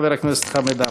חבר הכנסת חמד עמאר.